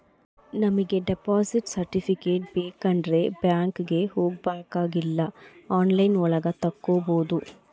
ನಮಿಗೆ deposit certificate ಬೇಕಂಡ್ರೆ ಬ್ಯಾಂಕ್ಗೆ ಹೋಬಾಕಾಗಿಲ್ಲ ಆನ್ಲೈನ್ ಒಳಗ ತಕ್ಕೊಬೋದು